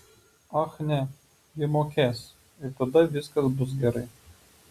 ach ne ji mokės ir tada viskas bus gerai